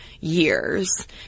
years